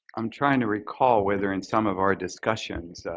i'm trying to recall whether in some of our discussions